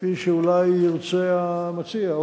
כפי שאולי ירצה המציע,